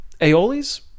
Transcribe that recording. aioli's